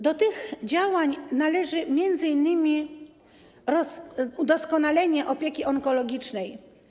Do tych działań należy m.in. udoskonalenie opieki onkologicznej.